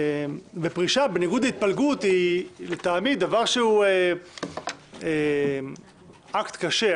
פרישה בניגוד להתפלגות היא לטעמי דבר שהוא אקט קשה,